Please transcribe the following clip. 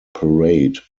parade